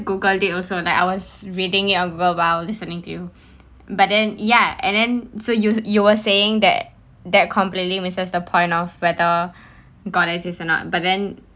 Google it also like I was reading it on Google while listening to you but then ya and then so you're you were saying that that completely misses the point of whether god exists or not but then